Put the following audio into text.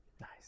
Nice